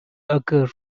occurs